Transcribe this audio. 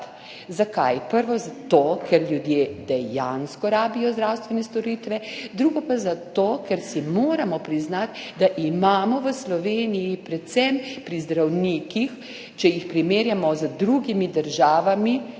Zakaj? Najprej zato, ker ljudje dejansko rabijo zdravstvene storitve, drugič pa zato, ker si moramo priznati, da imamo v Sloveniji predvsem pri zdravnikih, če jih primerjamo z drugimi državami,